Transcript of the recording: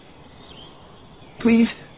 please